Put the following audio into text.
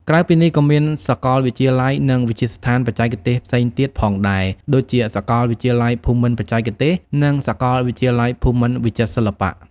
ក្រៅពីនេះ ក៏មានសាកលវិទ្យាល័យ និងវិទ្យាស្ថានបច្ចេកទេសផ្សេងទៀតផងដែរ ដូចជា សាកលវិទ្យាល័យភូមិន្ទបច្ចេកទេស និង សាកលវិទ្យាល័យភូមិន្ទវិចិត្រសិល្បៈ។